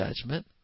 judgment